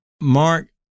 Mark